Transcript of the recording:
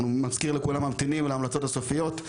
אני מזכיר שאנחנו ממתינים להמלצות הסופיות,